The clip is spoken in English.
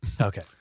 Okay